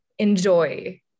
Enjoy